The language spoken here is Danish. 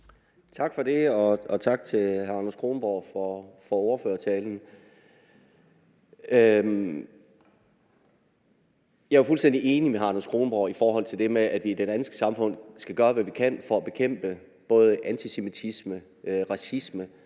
Tak for det, og tak til hr. Anders Kronborg for ordførertalen. Jeg er fuldstændig enig med hr. Anders Kronborg i det med, at vi i det danske samfund skal gøre, hvad vi kan for at bekæmpe både antisemitisme, racisme,